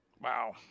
Wow